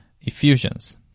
effusions